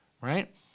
right